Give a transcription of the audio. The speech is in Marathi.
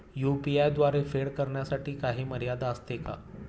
यु.पी.आय द्वारे फेड करण्यासाठी काही मर्यादा असते का?